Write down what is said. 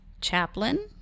chaplain